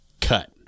Cut